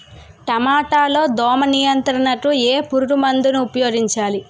టమాటా లో దోమ నియంత్రణకు ఏ పురుగుమందును ఉపయోగించాలి?